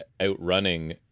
outrunning